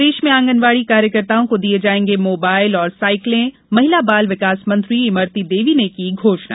प्रदेश में ऑगनबाड़ी कार्यकर्ताओं को दिये जायेंगे मोबाइल और साइकिले महिला बाल विकास मंत्री इमरती देवी ने की घोषणा